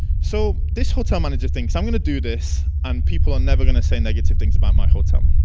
so this hotel manager thinks i'm gonna do this and people are never gonna say negative things about my hotel.